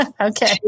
Okay